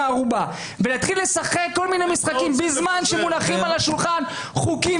ערובה ולהתחיל לשחק כל מיני משחקים בזמן שמונחים על השולחן חוקים,